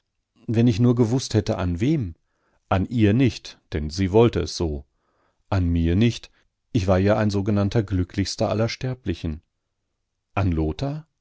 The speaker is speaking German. wenn ich nur gewußt hätte an wem an ihr nicht denn sie wollte es so an mir nicht ich war ja ein sogenannter glücklichster aller sterblichen an lothar